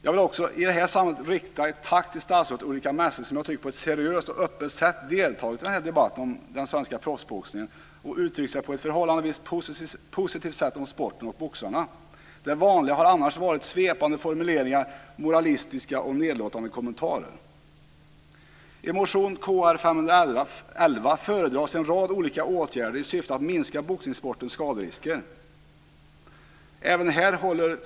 Jag vill i det sammanhanget rikta ett tack till statsrådet Ulrica Messing, som jag tycker på ett seriöst och öppet sätt har deltagit i debatten om den svenska proffsboxningen och uttryckt sig på ett förhållandevis positivt sätt om sporten och boxarna. Det vanliga har annars varit svepande formuleringar och moralistiska och nedlåtande kommentarer. I motion Kr511 föredras en rad olika åtgärder i syfte att minska boxningssportens skaderisker.